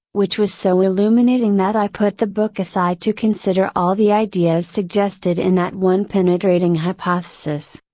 which was so illuminating that i put the book aside to consider all the ideas suggested in that one penetrating hypothesis.